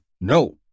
No